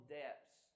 depths